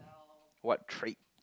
what trait